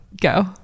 Go